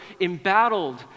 embattled